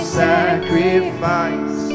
sacrifice